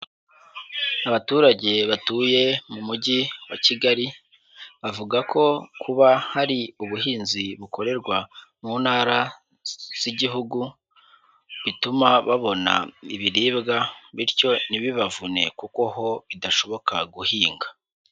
Abaturage batuye mu mujyi wa Kigali bavuga ko kuba hari ubuhinzi bukorerwa mu ntara z'igihugu bituma babona ibiribwa, bityo ntibibavune kuko ho bidashoboka guhinga.